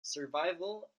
survival